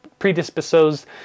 predisposed